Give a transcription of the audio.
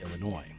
Illinois